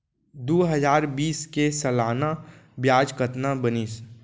दू हजार बीस के सालाना ब्याज कतना बनिस?